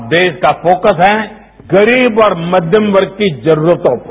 अब देश का फोकस है गरीब और मध्यम वर्ग की जरूरतों पर